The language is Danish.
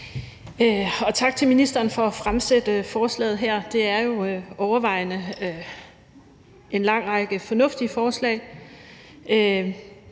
tak til ministeren for at fremsætte forslaget her. Det er jo overvejende en lang række fornuftige forslag.